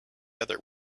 other